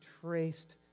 traced